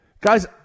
guys